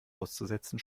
auszusetzen